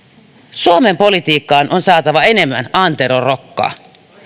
suomen politiikkaan on saatava enemmän antero rokkaa